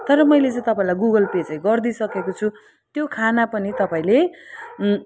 तर मैले चाहिँ तपाईँलाई गुगल पे चाहिँ गरिदिइसकेको छु त्यो खाना पनि तपाईँले